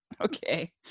Okay